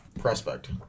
prospect